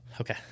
Okay